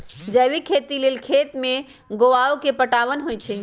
जैविक खेती लेल खेत में गोआ के पटाओंन होई छै